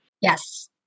Yes